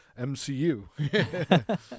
MCU